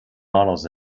models